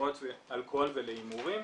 אלכוהול ולהימורים,